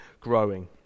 growing